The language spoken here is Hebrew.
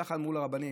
ככה אמרו לרבנים,